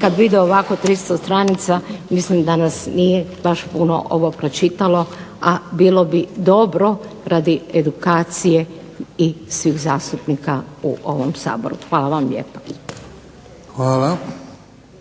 kad vide ovako 300 stranica mislim da nas nije baš puno ovo pročitalo, a bilo bi dobro radi edukacije i svih zastupnika u ovom Saboru. Hvala vam lijepa.